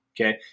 Okay